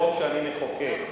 בחוק שאני מחוקק,